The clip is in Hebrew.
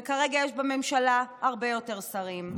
וכרגע יש בממשלה הרבה יותר שרים,